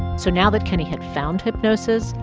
so now that kenney had found hypnosis,